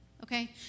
Okay